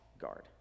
guard